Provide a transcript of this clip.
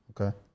Okay